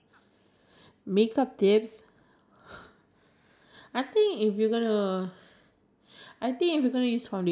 like uh faces and everything I think it's on point so I think I always I don't call I don't call it a talent I think it's more of like